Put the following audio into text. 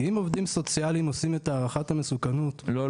כי אם עובדים סוציאליים עושים את הערכת המסוכנות --- לא,